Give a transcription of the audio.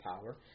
power